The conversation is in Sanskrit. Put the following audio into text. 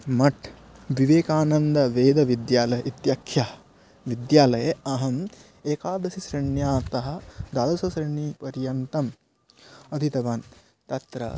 मठः विवेकानन्दवेदविद्यालयः इत्याख्यः विद्यालये अहं एकादश श्रेण्यातः द्वादश श्रेणीपर्यन्तम् अधीतवान् तत्र